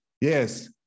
Yes